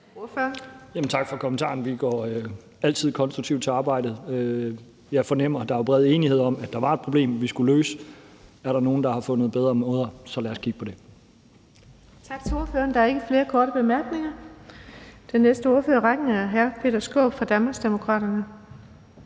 Tak for kommentaren. Vi går altid konstruktivt til arbejdet. Jeg fornemmer jo, at der er bred enighed om, at der var et problem, vi skulle løse. Og er der nogle, der har fundet bedre måder at gøre det på, så lad os kigge på det. Kl. 14:24 Den fg. formand (Birgitte Vind): Tak til ordføreren. Der er ikke flere korte bemærkninger. Den næste ordfører i rækken er hr. Peter Skaarup fra Danmarksdemokraterne.